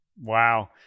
Wow